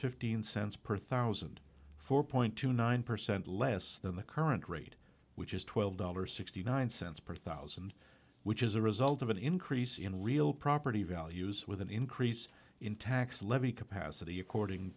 fifteen cents per thousand four point two nine percent less than the current rate which is twelve dollars sixty nine cents per thousand which is a result of an increase in real property values with an increase in tax levy capacity according